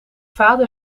vader